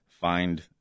find